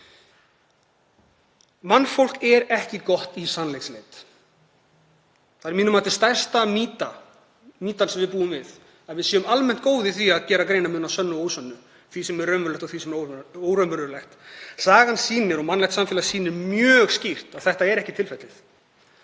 Mannfólk er ekki gott í sannleiksleit. Það er að mínu mati stærsta mýtan sem við búum við, að við séum almennt góð í því að gera greinarmun á sönnu og ósönnu, því sem er raunverulegt og því sem er óraunverulegt. Sagan og mannlegt samfélag sýnir mjög skýrt að það er ekki tilfellið